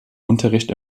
unterricht